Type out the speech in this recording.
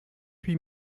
huit